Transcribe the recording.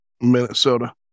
Minnesota